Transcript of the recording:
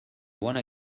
wanna